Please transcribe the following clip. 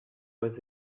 was